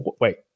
wait